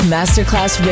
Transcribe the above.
Masterclass